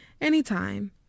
anytime